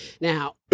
Now